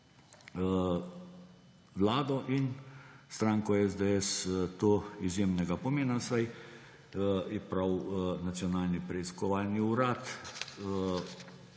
vlado in stranko SDS to izjemnega pomena, saj je prav Nacionalni preiskovalni urad,